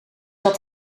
dat